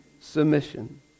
submission